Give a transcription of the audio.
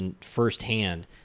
firsthand